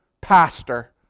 pastor